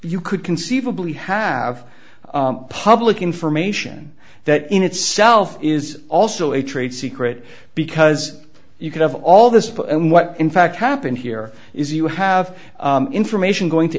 you could conceivably have public information that in itself is also a trade secret because you could have all this power and what in fact happened here is you have information going to